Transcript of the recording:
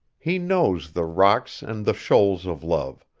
he knows the rocks and the shoals of love,